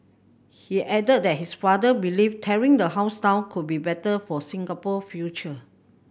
he added that his father believed tearing the house down could be better for Singapore future